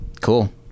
cool